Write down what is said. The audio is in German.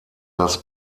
das